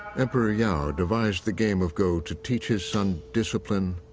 emperor yao devised the game of go to teach his son discipline,